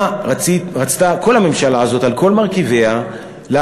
מה רצתה כל הממשלה הזאת על כל מרכיביה להשיג?